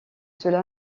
cela